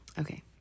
Okay